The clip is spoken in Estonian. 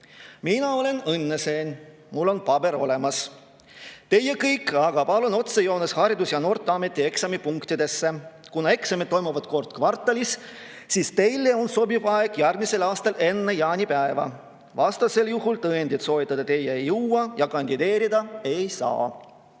Mina olen õnneseen, mul on paber olemas. Teie kõik aga palun [minge] otsejoones Haridus- ja Noorteameti eksamipunktidesse! Kuna eksamid toimuvad kord kvartalis, siis teile on sobiv aeg järgmisel aastal enne jaanipäeva. Vastasel juhul te tõendit [taotleda] ei jõua ja kandideerida ei saa.